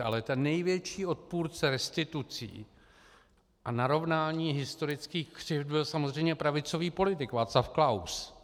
Ale ten největší odpůrce restitucí a narovnání historických křivd byl samozřejmě pravicový politik Václav Klaus.